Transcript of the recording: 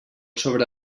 sobre